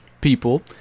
people